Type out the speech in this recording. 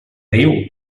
déu